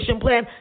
plan